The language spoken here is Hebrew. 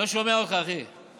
לא שומע אותך, אחי.